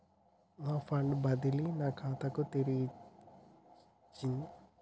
నా ఫండ్ బదిలీ నా ఖాతాకు తిరిగచ్చింది